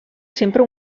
sempre